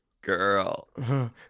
Girl